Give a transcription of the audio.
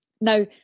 Now